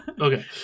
Okay